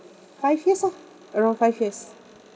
five years ah around five years